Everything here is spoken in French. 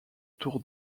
tour